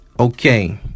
Okay